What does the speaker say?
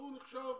הוא נחשב,